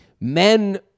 Men